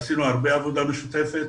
עשינו הרבה עבודה משותפת.